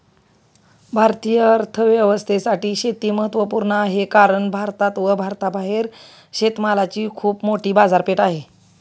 भारतीय अर्थव्यवस्थेसाठी शेती महत्वपूर्ण आहे कारण भारतात व भारताबाहेर शेतमालाची खूप मोठी बाजारपेठ आहे